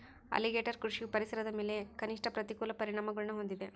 alligator ಕೃಷಿಯು ಪರಿಸರದ ಮೇಲೆ ಕನಿಷ್ಠ ಪ್ರತಿಕೂಲ ಪರಿಣಾಮಗುಳ್ನ ಹೊಂದಿದೆ